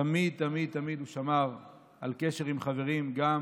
תמיד תמיד תמיד הוא שמר על קשר עם חברים, גם